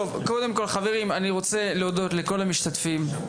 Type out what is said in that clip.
קודם כול, אני רוצה להודות לכל המשתתפים.